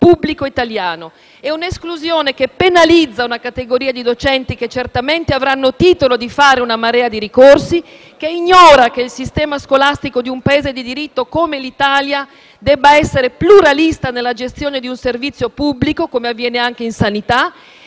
pubblico italiano. È una esclusione che penalizza una categoria di docenti che certamente avranno titolo di fare una marea di ricorsi, che ignora che il sistema scolastico di un Paese di diritto come l'Italia deve essere pluralista nella gestione di un servizio pubblico, come avviene anche nella sanità,